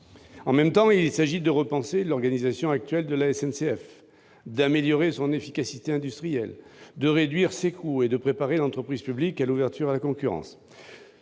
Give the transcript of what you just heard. En même temps, il s'agit de repenser l'organisation actuelle de la SNCF, d'améliorer son efficacité industrielle, de réduire ses coûts et de préparer l'entreprise publique à l'ouverture à la concurrence.